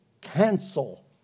cancel